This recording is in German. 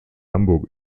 hamburg